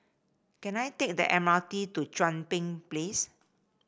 can I take the M R T to Chuan Place